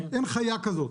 אין חיה כזאת.